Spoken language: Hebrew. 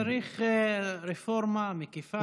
צריך רפורמה מקיפה,